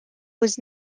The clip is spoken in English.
was